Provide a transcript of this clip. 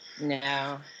no